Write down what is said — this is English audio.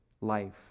life